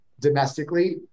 domestically